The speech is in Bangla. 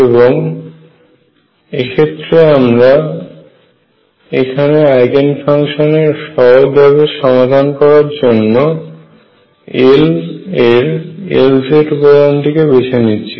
এবং এক্ষেত্রে আমরা এখানে আইগেন ফাংশনের সহজভাবে সমাধান করার জন্য L এর Lz উপাদানটিকে বেছে নিচ্ছি